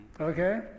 Okay